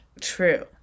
True